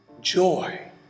joy